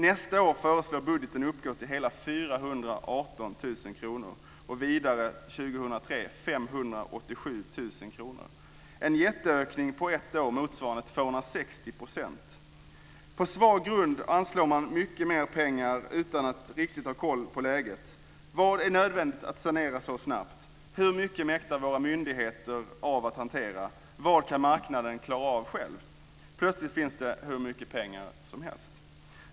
Nästa år föreslås budgeten uppgå till hela 418 miljoner kronor, och vidare för år 2003 till 587 miljoner kronor. Det är en jätteökning på ett år motsvarande 260 %. På svag grund anslår man mycket mer pengar utan att riktigt ha koll på läget. Vad är nödvändigt att sanera så snabbt? Hur mycket mäktar våra myndigheter av att hantera? Vad kan marknaden klara av själv? Plötsligt finns det hur mycket pengar som helst.